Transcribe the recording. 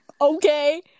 Okay